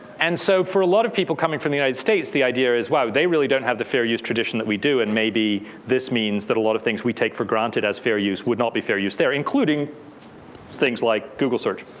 and so, for a lot of people coming from the united states the idea is, wow, they really don't have the fair use tradition that we do. and maybe this means that a lot of things we take for granted as fair use would not be fair use there, including things like google search.